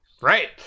right